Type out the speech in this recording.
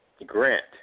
Grant